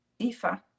Ifa